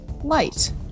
light